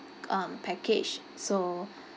um package so